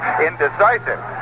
indecisive